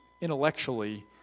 intellectually